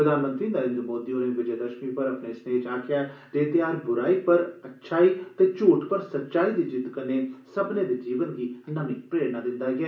प्रधानमंत्री नरेन्द्र मोदी होरें विजय दशमी पर अपने सनेए च आक्खेया जे एह धेयार ब्राई पर अच्छाई ते झुठ पर सच्चाई दी जित्त कन्नै सब्बनें दे जीवन गी नमी प्रेरणा दिन्दा ऐ